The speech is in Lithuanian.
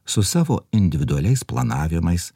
su savo individualiais planavimais